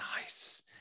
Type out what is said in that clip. Nice